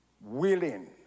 willing